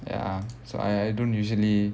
ya so I I don't usually